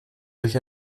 durch